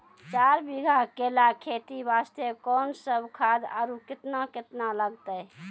चार बीघा केला खेती वास्ते कोंन सब खाद आरु केतना केतना लगतै?